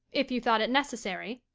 if you thought it necessary?